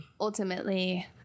ultimately